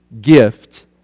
gift